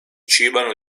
cibano